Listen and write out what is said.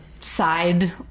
side